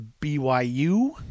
BYU